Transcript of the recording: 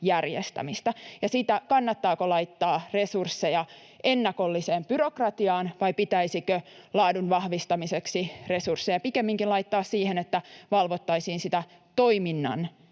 järjestämistä ja sitä, kannattaako laittaa resursseja ennakolliseen byrokratiaan vai pitäisikö laadun vahvistamiseksi resursseja pikemminkin laittaa siihen, että valvottaisiin toiminnanaikaista